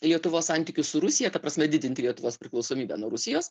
lietuvos santykius su rusija ta prasme didinti lietuvos priklausomybę nuo rusijos